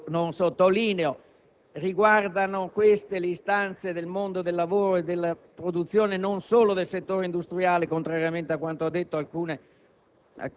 non cito. Riguardano le istanze del mondo del lavoro e della produzione non solo del settore industriale, contrariamente a quanto hanno detto alcuni